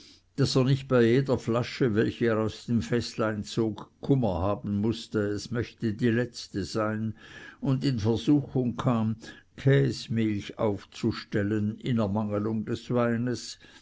daß er nicht bei jeder flasche welche er aus dem fäßlein zog kummer haben mußte es möchte die letzte sein und in versuchung kam käsmilch aufzustellen in ermangelung des weines